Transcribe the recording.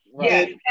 Yes